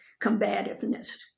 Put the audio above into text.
combativeness